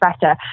better